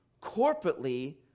corporately